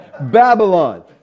Babylon